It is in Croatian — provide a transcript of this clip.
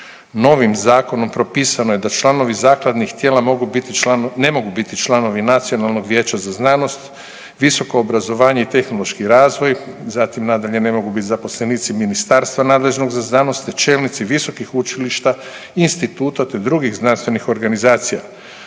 Novim zakonom propisano je da članovi zakladnih tijela mogu biti, ne mogu biti članovi Nacionalnog vijeća za znanost, visoko obrazovanje i tehnološki razvoj, zatim nadalje ne mogu biti zaposlenici ministarstva nadležnog za znanost te čelnici visokih učilišta, instituta te drugih znanstvenih organizacija.